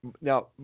Now